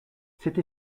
cette